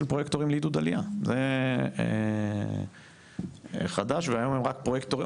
פרויקטורים לעידוד עלייה זה חדש והיום הם רק פרויקטורים,